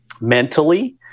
mentally